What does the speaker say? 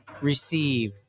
receive